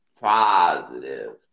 positive